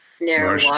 narrow